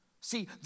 See